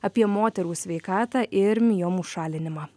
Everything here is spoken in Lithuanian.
apie moterų sveikatą ir miomų šalinimą